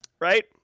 right